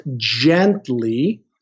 gently